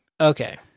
Okay